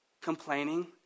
complaining